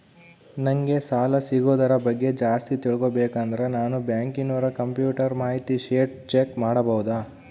ನಂಗೆ ಸಾಲ ಸಿಗೋದರ ಬಗ್ಗೆ ಜಾಸ್ತಿ ತಿಳಕೋಬೇಕಂದ್ರ ನಾನು ಬ್ಯಾಂಕಿನೋರ ಕಂಪ್ಯೂಟರ್ ಮಾಹಿತಿ ಶೇಟ್ ಚೆಕ್ ಮಾಡಬಹುದಾ?